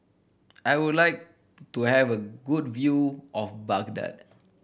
I would like to have a good view of Baghdad